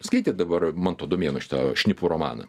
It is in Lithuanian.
skaitėt dabar manto domėno šitą šnipų romaną